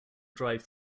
drive